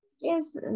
yes